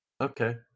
Okay